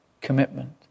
commitment